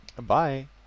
bye